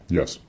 yes